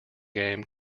game